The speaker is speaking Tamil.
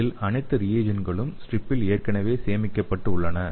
இதில் அனைத்து ரியெஜண்ட்களும் ஸ்ட்ரிப்பில் ஏற்கனவே சேமிக்கப்பட்டு உள்ளன